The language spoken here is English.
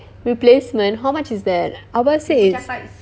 replacement how much is that abah said it's